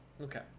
Okay